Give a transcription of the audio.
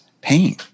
pain